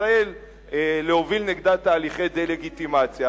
ישראל להוביל נגדה תהליכי דה-לגיטימציה.